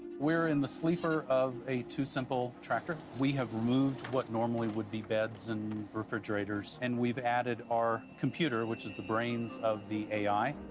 we're in the sleeper of a tusimple tractor. we have removed what normally would be beds and refrigerators, and we've added our computer, which is the brains of the a i.